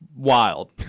Wild